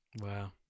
Wow